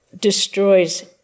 destroys